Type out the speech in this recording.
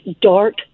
dark